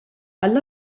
tal